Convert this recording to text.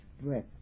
breath